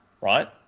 right